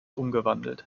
umgewandelt